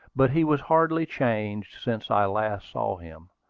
but he was hardly changed since i last saw him.